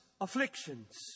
afflictions